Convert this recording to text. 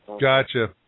Gotcha